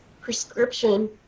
prescription